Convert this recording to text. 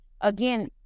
again